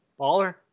Baller